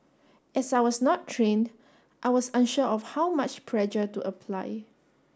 as I was not trained I was unsure of how much pressure to apply